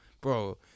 Bro